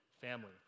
family